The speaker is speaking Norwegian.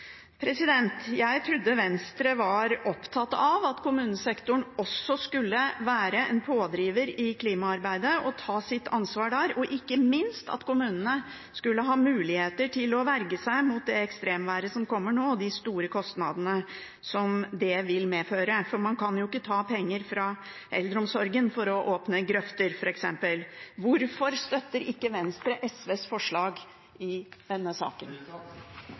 Jeg trodde Venstre var opptatt av at også kommunesektoren skulle være en pådriver i klimaarbeidet og ta sitt ansvar der, og ikke minst at kommunene skulle ha muligheter til å verge seg mot det ekstremværet som kommer, og de store kostnadene som det vil medføre – for man kan jo ikke ta penger fra eldreomsorgen for å åpne grøfter, f.eks. Hvorfor støtter ikke Venstre SVs forslag i denne saken?